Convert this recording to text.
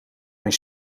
mijn